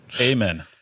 amen